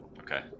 Okay